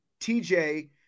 TJ